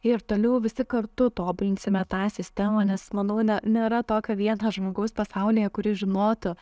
ir toliau visi kartu tobulinsime tą sistemą nes manau ne nėra tokio vieno žmogaus pasaulyje kuris žinotų